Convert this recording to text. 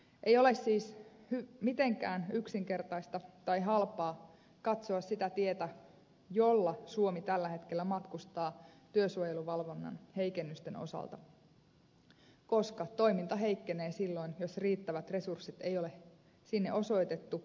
ei ole siis mitenkään yksinkertaista tai halpaa katsoa sitä tietä jolla suomi tällä hetkellä matkustaa työsuojeluvalvonnan heikennysten osalta koska toiminta heikkenee silloin jos riittäviä resursseja ei ole sinne osoitettu